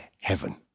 heaven